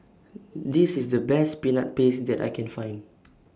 This IS The Best Peanut Paste that I Can Find